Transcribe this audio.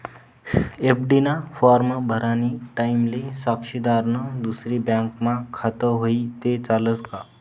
FD ना form भरानी टाईमले साक्षीदारनं दुसरी बँकमा खातं व्हयी ते चालस का